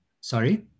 sorry